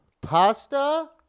Pasta